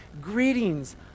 greetings